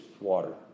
water